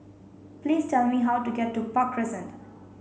please tell me how to get to Park Crescent